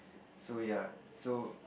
so ya so